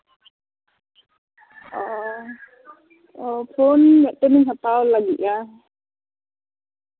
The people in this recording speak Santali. ᱚ ᱯᱷᱳᱱ ᱢᱤᱫᱴᱮᱱ ᱤᱧ ᱦᱟᱛᱟᱣ ᱞᱟᱹᱜᱤᱫᱼᱟ